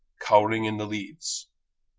cowering in the leaves.